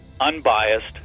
unbiased